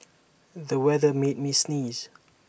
the weather made me sneeze